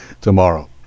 tomorrow